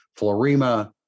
Florima